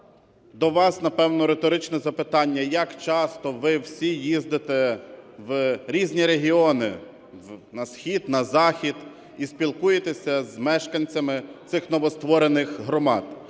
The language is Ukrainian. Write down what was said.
До вас, напевно, риторичне запитання: як часто ви всі їздите в різні регіони, на схід, на захід, і спілкуєтеся з мешканцями цих новостворених громад?